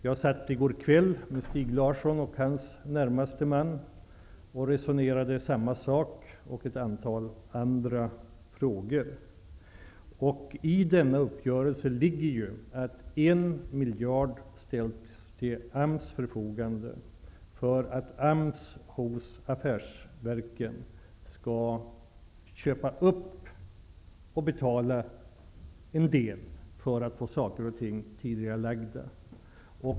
Jag satt i går kväll och resonerade om samma sak -- och om ett antal andra saker -- med Stig Larsson och hans närmaste man. I uppgörelsen ligger ju att en miljard ställs till AMS förfogande för att AMS hos affärsverken skall köpa upp och betala en del för att få saker och ting tidigarelagda.